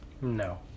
No